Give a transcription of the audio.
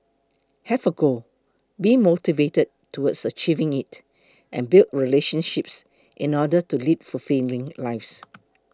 have a goal be motivated towards achieving it and build relationships in order to lead fulfilling lives